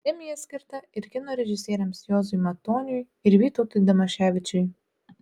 premija skirta ir kino režisieriams juozui matoniui ir vytautui damaševičiui